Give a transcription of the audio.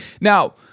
Now